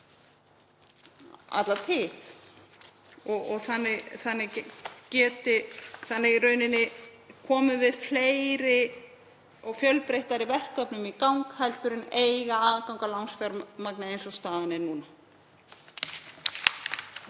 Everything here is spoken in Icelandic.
alla tíð. Þannig komum við fleiri og fjölbreyttari verkefnum í gang en að eiga aðgang að lánsfjármagni eins og staðan er núna.